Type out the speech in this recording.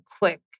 quick